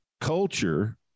culture